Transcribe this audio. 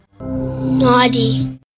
Naughty